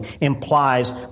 implies